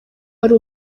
hari